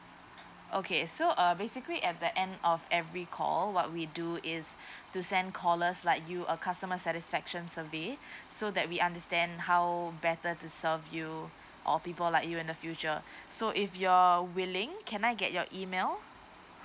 okay so uh basically at the end of every call what we do is to send callers like you a customer satisfaction survey so that we understand how better to serve you or people like you in the future so if you're willing can I get your email